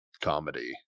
comedy